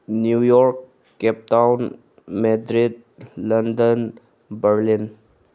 New York cap town Madrid London Berlin